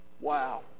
Wow